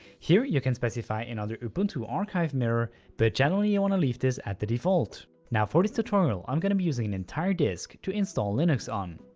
here you can specify another ubuntu archive mirror but generally you want to leave this at the default. now for this tutorial i'm gonna be using an entire disk to install linux on.